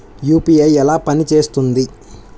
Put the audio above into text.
UPI ఎలా పనిచేస్తుంది?